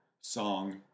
song